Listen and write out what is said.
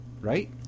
Right